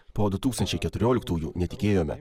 po du tūkstančiai keturioliktųjų netikėjome